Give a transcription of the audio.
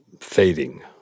fading